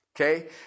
Okay